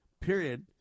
period